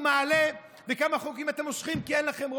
מעלה וכמה חוקים אתם מושכים כי אין לכם רוב,